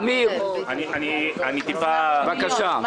אמיר, בבקשה.